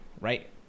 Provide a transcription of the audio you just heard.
right